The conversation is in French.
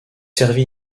servi